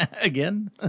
Again